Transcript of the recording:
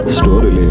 story